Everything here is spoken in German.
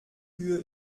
kühe